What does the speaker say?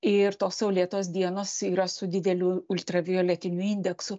ir tos saulėtos dienos yra su dideliu ultravioletiniu indeksu